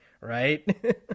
right